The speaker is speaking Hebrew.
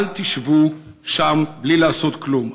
אל תשבו שם בלי לעשות כלום.